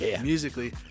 musically